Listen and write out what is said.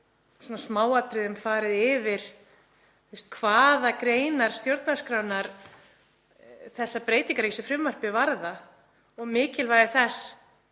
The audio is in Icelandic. miklum smáatriðum farið yfir hvaða greinar stjórnarskrárinnar breytingarnar í þessu frumvarpi varða og mikilvægi þess.